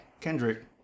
Kendrick